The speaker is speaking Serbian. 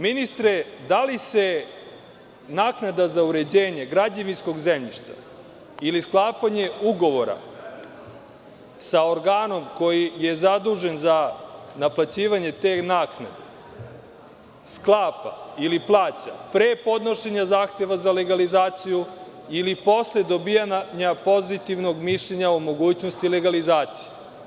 Dakle, ministre, da li se naknada za uređenje građevinskog zemljišta ili sklapanje ugovora sa organom koji je zadužen za naplaćivanje te naknade sklapa ili plata pre podnošenja zahteva za legalizaciju ili posle dobijanja pozitivnog mišljenja o mogućnosti legalizacije?